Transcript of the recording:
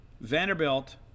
Vanderbilt